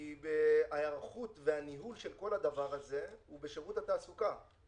כי ההיערכות והניהול של כל הדבר הזה הם בשירות התעסוקה.